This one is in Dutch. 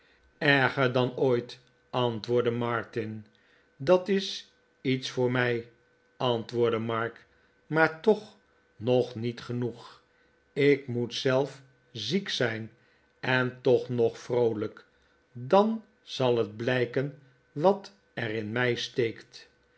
erger dan ooit antwoordde martin dat is iets voor mij antwoordde mark maar toch nog niet genoeg ik moet zelf ziek zijn en toch nog vroolijk dan zal het blijken wat er in mijsteekt